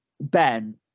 Ben